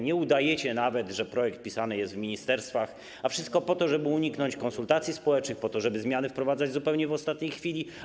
Nie udajecie nawet, że projekt pisany jest w ministerstwach, a wszystko po to, żeby uniknąć konsultacji społecznych, po to, żeby zmiany wprowadzać zupełnie w ostatniej chwili.